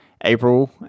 April